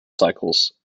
cycles